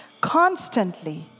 constantly